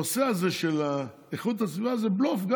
הנושא הזה של איכות הסביבה זה בלוף.